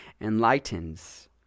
enlightens